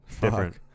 Different